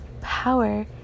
power